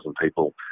people